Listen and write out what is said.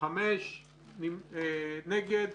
מי נגד?